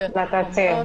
לרשויות המקומיות.